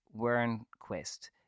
Wernquist